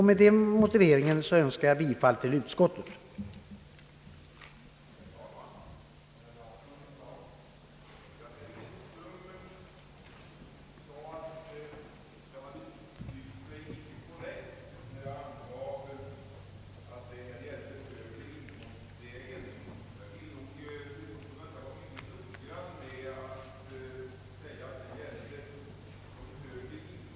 Med den motiveringen yrkar jag bifall till utskottets förslag.